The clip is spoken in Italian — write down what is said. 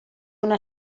una